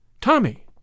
Tommy